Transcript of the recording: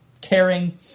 caring